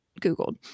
Googled